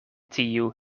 tiu